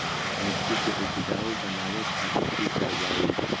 मिट्टी के उपजाऊ बनावे खातिर की करवाई?